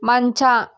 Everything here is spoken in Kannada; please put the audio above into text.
ಮಂಚ